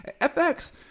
FX